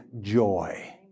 joy